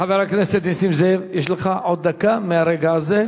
חבר הכנסת נסים זאב, יש לך עוד דקה מהרגע הזה.